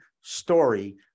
story